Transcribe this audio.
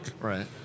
Right